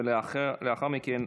ולאחר מכן,